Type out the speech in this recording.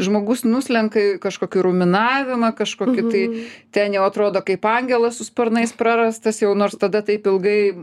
žmogus nuslenka į kažkokį ruminavimą kažkokį tai ten jau atrodo kaip angelas su sparnais prarastas jau nors tada taip ilgai